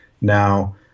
now